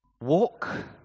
Walk